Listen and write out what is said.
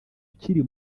ukiri